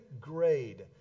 grade